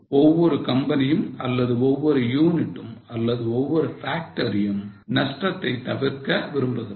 ஒவ்வொரு கம்பெனியும் அல்லது ஒவ்வொரு யூனிட்டும் அல்லது ஒவ்வொரு factory யும் நஷ்டத்தை தவிர்க்க விரும்புகிறது